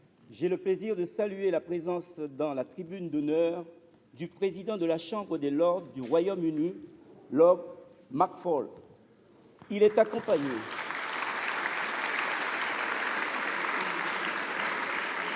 j’ai le plaisir de saluer la présence, dans la tribune d’honneur, du président de la Chambre des Lords du Royaume Uni, Lord McFall. Il est accompagné